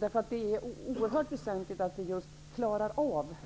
Det är oerhört väsentligt att vi just klarar ut